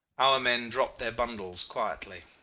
our men dropped their bundles quietly.